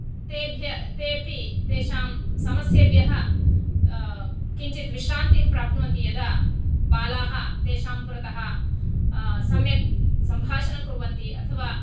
तेभ्य तेऽपि तेषां समस्येभ्यः किञ्चित् विश्रान्तिं प्राप्नुवन्ति यदा बालाः तेषां पुरतः सम्यक् सम्भाषणं कुर्वन्ति अथवा